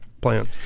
plans